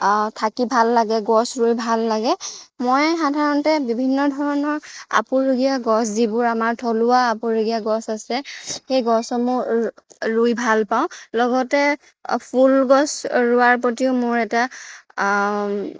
থাকি ভাল লাগে গছ ৰুই ভাল লাগে মই সাধাৰণতে বিভিন্ন ধৰণৰ আপুৰুগীয়া গছ যিবোৰ আমাৰ থলুৱা আপুৰুগীয়া গছ আছে সেই গছসমূহ ৰুই ভাল পাওঁ লগতে ফুলগছ ৰোৱাৰ প্ৰতিও মোৰ এটা